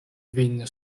vin